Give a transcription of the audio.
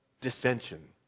dissension